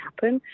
happen